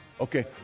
Okay